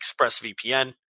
ExpressVPN